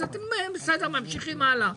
אתם ממשיכים הלאה,